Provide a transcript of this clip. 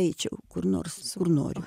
eičiau kur nors kur noriu